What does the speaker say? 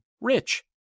rich